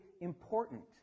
important